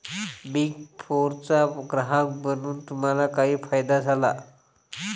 Big फोरचा ग्राहक बनून तुम्हाला काही फायदा झाला?